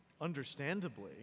understandably